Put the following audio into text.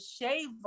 shave